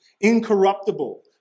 incorruptible